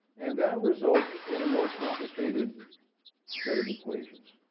and that results in a more complicated set of equations.